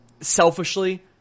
selfishly